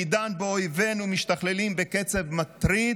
בעידן שבו אויבינו משתכללים בקצב מטריד,